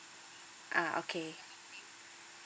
ah okay